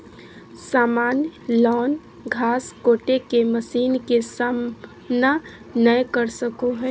सामान्य लॉन घास काटे के मशीन के सामना नय कर सको हइ